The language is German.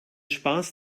spaß